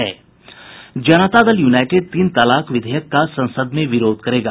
जनता Dal United तीन तलाक विधेयक का संसद में विरोध करेगा